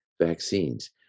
vaccines